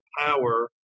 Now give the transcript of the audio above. power